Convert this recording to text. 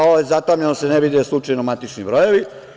Ovo je zatamnjeno da se ne vide slučajno matični brojevi.